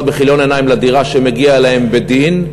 בכיליון עיניים לדירה שמגיעה להם בדין,